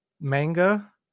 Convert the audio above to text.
manga